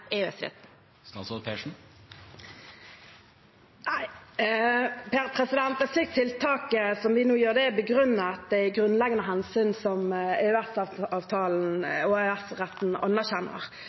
Et slikt tiltak som vi nå gjør, er begrunnet i grunnleggende hensyn som EØS-avtalen og